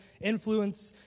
influence